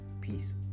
Peace